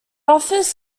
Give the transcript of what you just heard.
offers